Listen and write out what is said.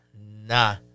Nah